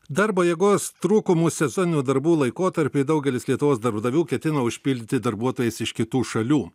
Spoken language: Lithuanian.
darbo jėgos trūkumu sezoninių darbų laikotarpį daugelis lietuvos darbdavių ketina užpildyti darbuotojais iš kitų šalių